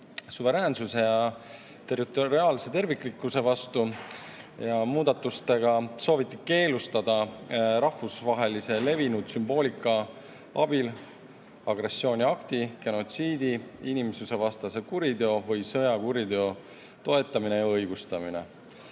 territoriaalse terviklikkuse vastu. Muudatustega sooviti keelustada rahvusvaheliselt levinud sümboolika abil agressiooniakti, genotsiidi, inimsusevastase kuriteo või sõjakuriteo toetamine ja õigustamine.